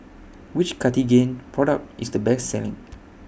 Which Cartigain Product IS The Best Selling